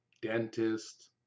dentist